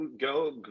go